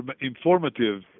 informative